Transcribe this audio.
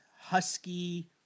Husky